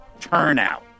turnout